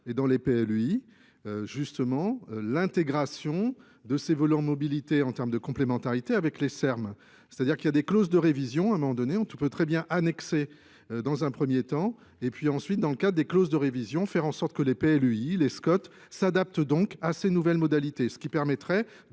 et dans les l e i euh justement, l'intégration de ces volants de ces volants mobilités en termes de complémentarité avec les Ser Mes c'est à dire qu'il y a des clauses de révision à un moment donné on tu peux très bien annexer dans un 1ᵉʳ temps et puis ensuite dans le cadre des clauses de révision, faire en sorte que les L. E. I. les scots s'adaptent donc à ces nouvelles modalités ce qui permettraient